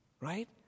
Right